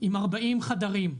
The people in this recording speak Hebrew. עם 40 חדרים,